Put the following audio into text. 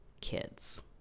kids